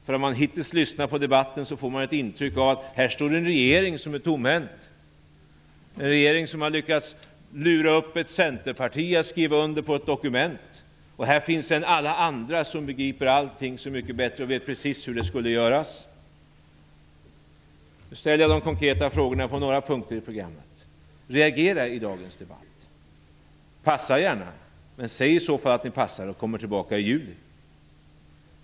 När man har lyssnat på debatten hittills har man fått intrycket av att det står en regering här som är tomhänt, en regering som har lyckats lura Centerpartiet att skriva under ett dokument och att alla andra begriper allt så mycket bättre och vet precis hur det skall göras. Nu ställer jag konkreta frågor när det gäller några punkter i programmet. Reagera i dagens debatt! Passa gärna, men säg i så fall att ni passar och att ni kommer tillbaka i juli.